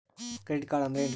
Credit card ಅಂದ್ರ ಏನ್ರೀ?